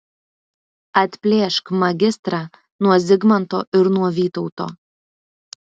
atplėšk magistrą nuo zigmanto ir nuo vytauto